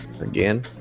Again